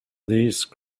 these